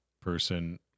person